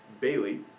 Bailey